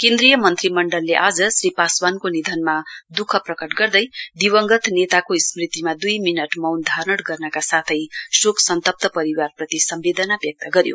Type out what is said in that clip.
केन्द्रीय मन्त्रीमण्डलले आज श्री पासवानको निधनमा दःख प्रकट गर्दै दिवंगत नेताको स्मृतिमा दुई मिनट मौन धारण गर्नका साथै शोकसन्तप्त परिवारप्रति सम्वेदना व्यक्त गर्यो